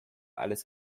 alles